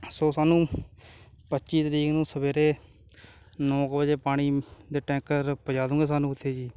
ਸੋ ਸਾਨੂੰ ਪੱਚੀ ਤਾਰੀਖ ਨੂੰ ਸਵੇਰੇ ਨੌਂ ਕੁ ਵਜੇ ਪਾਣੀ ਦੇ ਟੈਂਕਰ ਪਹੁੰਚਾ ਦੂੰਗੇ ਸਾਨੂੰ ਉੱਥੇ ਜੀ